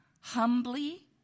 humbly